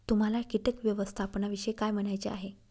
तुम्हाला किटक व्यवस्थापनाविषयी काय म्हणायचे आहे?